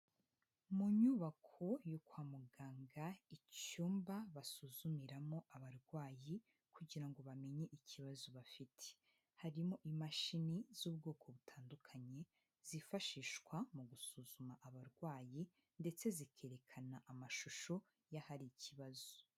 Mu nyubako yo kwa muganga icyumba basuzumiramo abarwayi kugira ngo bamenye ikibazo bafite, harimo imashini z'ubwoko butandukanye zifashishwa mu gusuzuma abarwayi ndetse zikerekana amashusho y'ahari ikibazo.